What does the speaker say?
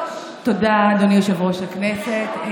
תודה, אדוני יושב-ראש הכנסת.